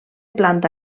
planta